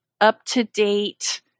up-to-date